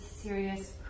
serious